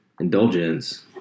indulgence